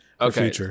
okay